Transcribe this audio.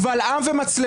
קבל עם ומצלמה,